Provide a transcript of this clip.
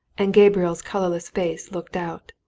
and gabriel's colourless face looked out.